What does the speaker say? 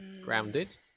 Grounded